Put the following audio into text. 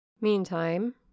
meantime